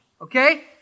okay